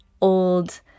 old